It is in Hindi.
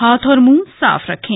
हाथ और मुंह साफ रखें